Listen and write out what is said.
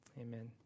Amen